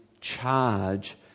charge